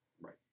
Right